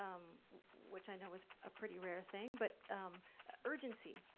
um which i know is a pretty rare thing, but urgency.